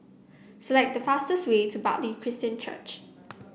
select the fastest way to Bartley Christian Church